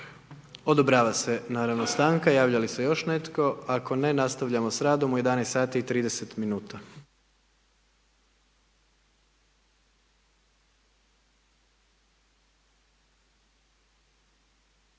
Odobrava se naravno stanka. Javlja li se još netko? Ako ne, nastavljamo s radom u 11